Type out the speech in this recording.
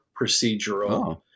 procedural